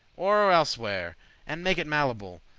or elleswhere and make it malleable,